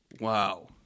Wow